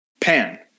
Pan